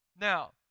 Now